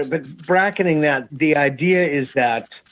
and but, bracketing that, the idea is that.